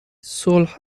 صلح